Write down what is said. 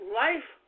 life